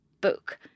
book